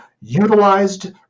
utilized